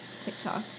TikTok